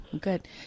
Good